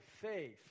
faith